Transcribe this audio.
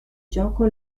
gioco